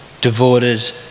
devoted